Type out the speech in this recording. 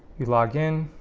you log in